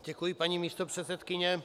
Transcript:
Děkuji, paní místopředsedkyně.